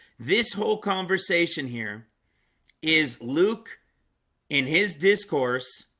this whole conversation here is luke in his discourse